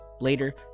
Later